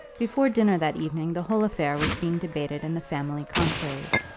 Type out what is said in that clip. before dinner that evening the whole affair was being debated in the family conclave.